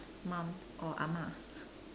mom or ah-ma